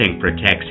protects